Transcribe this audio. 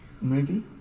movie